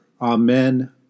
Amen